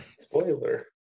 Spoiler